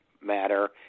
matter